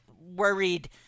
worried